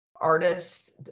artists